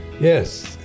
Yes